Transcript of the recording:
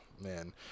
Man